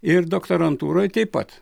ir doktorantūroj taip pat